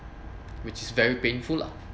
which very painful lah